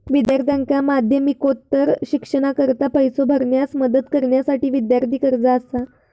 विद्यार्थ्यांका माध्यमिकोत्तर शिक्षणाकरता पैसो भरण्यास मदत करण्यासाठी विद्यार्थी कर्जा असा